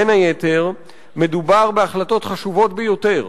בין היתר מדובר בהחלטות חשובות ביותר,